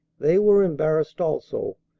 they were embarrassed also,